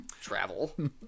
travel